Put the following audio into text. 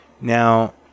Now